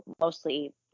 mostly